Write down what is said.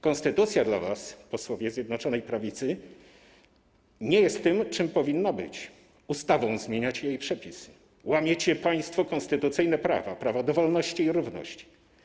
Konstytucja dla was, posłowie Zjednoczonej Prawicy, nie jest tym, czym powinna być - ustawą zmieniacie jej przepisy, łamiecie państwo konstytucyjne prawa, prawa do wolności i równości.